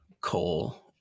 coal